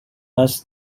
bus